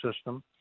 system